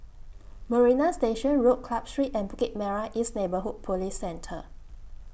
Marina Station Road Club Street and Bukit Merah East Neighbourhood Police Centre